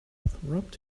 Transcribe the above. wrapped